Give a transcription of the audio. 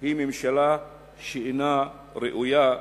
היא ממשלה שאינה ראויה לאמון,